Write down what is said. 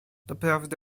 doprawdy